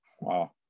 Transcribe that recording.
Wow